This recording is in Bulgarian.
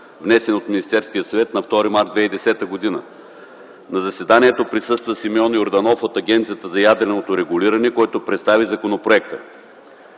внесен от Министерския съвет на 2 март 2010 г. На заседанието присъства Симеон Йорданов от Агенцията за ядреното регулиране, който представи законопроекта.